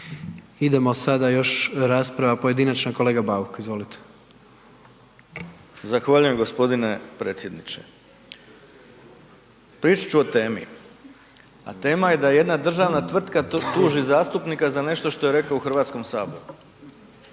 Idemo sada još rasprava pojedinačna, kolega Bauk. Izvolite. **Bauk, Arsen (SDP)** Zahvaljujem gospodine predsjedniče. Pričat ću o temi, a tema je da jedna državna tvrtka tuži zastupnika za nešto što je rekao u Hrvatskom saboru.